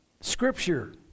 scripture